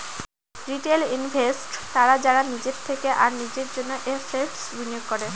retail investors তারা যারা নিজের থেকে আর নিজের জন্য এসেটস বিনিয়োগ করে